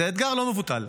זה אתגר לא מבוטל.